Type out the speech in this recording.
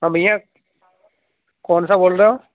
ہاں بھیا کون سا بول رہے ہو